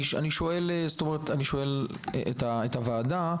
אני שואל את הוועדה,